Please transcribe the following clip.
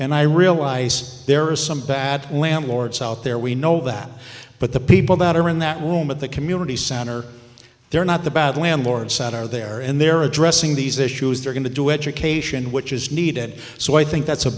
and i realize there are some bad landlords out there we know that but the people that are in that room at the community center they're not the bad landlord sat are there and they're addressing these issues they're going to do education which is needed so i think that's a